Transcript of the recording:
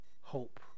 hope